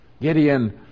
Gideon